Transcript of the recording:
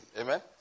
Amen